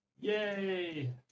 Yay